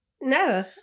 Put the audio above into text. No